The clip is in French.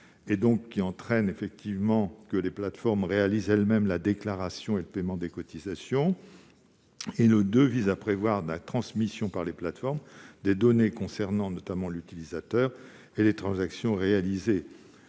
tout sens et aboutit à ce que les plateformes réalisent elles-mêmes la déclaration et le paiement des cotisations. Le II vise à prévoir la transmission par les plateformes des données concernant, notamment, l'utilisateur et les transactions réalisées,